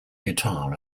guitar